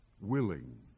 willing